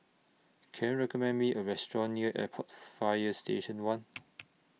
Can YOU recommend Me A Restaurant near Airport Fire Station one